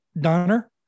donner